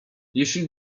jeśli